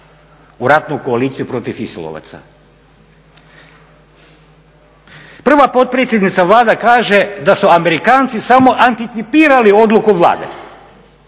u ratnu koaliciju protiv islamovaca? Prva potpredsjednica Vlade kaže da su Amerikanci samo anticipirali odluku Vlade